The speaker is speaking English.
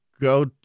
go